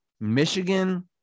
Michigan